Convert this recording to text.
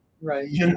Right